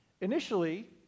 Initially